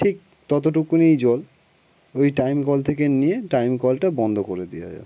ঠিক ততটুকু নিয়েই জল ওই টাইম কল থেকে নিয়ে টাইম কলটা বন্ধ করে দেওয়া যায়